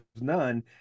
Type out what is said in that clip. none